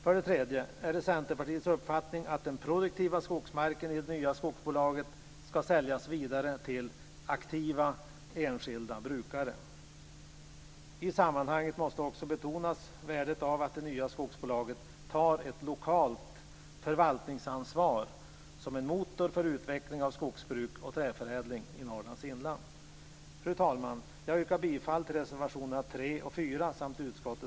För det tredje är det Centerpartiets uppfattning att den produktiva skogsmarken i det nya skogsbolaget skall säljas vidare till aktiva, enskilda brukare. I sammanhanget måste också betonas värdet av att det nya skogsbolaget tar ett lokalt förvaltningsansvar som en motor för utveckling av skogsbruk och träförädling i Norrlands inland. Fru talman! Jag yrkar bifall till reservationerna 3